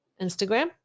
Instagram